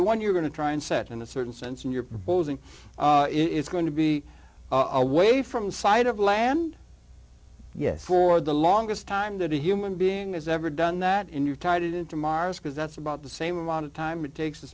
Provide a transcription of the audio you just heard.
the one you're going to try and set in a certain sense in your bones and it's going to be away from sight of land yes for the longest time that a human being is ever done that and you're tied into mars because that's about the same amount of time it takes